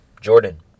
Jordan